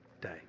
day